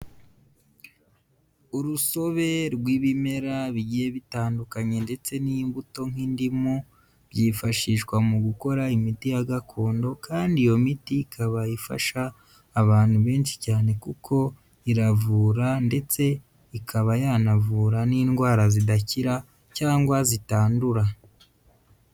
Urusobe rw'ibimera bigiye bitandukanye ndetse n'imbuto nk'indimu, byifashishwa mu gukora imiti ya gakondo kandi iyo miti ikaba ifasha abantu benshi cyane kuko iravura ndetse ikaba yanavura n'indwara zidakira cyangwa zitandura.